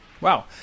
wow